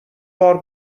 بار